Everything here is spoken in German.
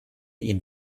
ihn